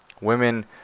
women